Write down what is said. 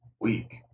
week